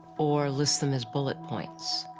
or list them as bullet points.